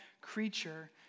creature